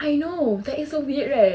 I know that is so weird right